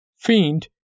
Fiend